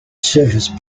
service